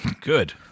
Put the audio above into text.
Good